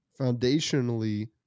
foundationally